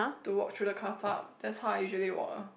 to walk through the car park that's how I usually walk ah